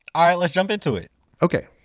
alright, let's jump into it okay.